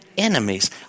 enemies